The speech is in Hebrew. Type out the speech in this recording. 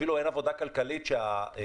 אפילו אין עבודה כלכלית שהלולן